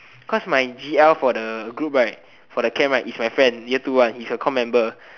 cause my g_l for the group right for the camp right is my friend year two one he's a comm member